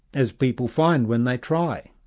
as people find when they try.